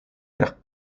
per